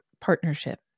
partnership